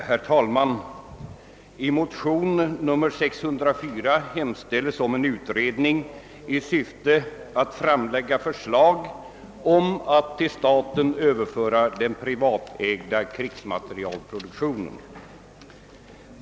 Herr talman! I motionen II: 604 hemställes om en utredning i syfte att framlägga förslag om att till staten överföra den privatägda krigsmaterielproduktionen.